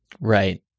Right